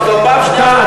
זה כבר פעם שנייה,